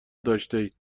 داشتهاید